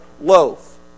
loaf